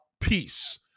Peace